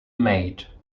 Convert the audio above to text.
maid